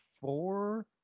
four